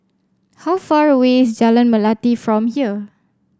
how far away is Jalan Melati from here